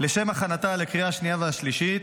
לשם הכנתה לקריאה השנייה והשלישית,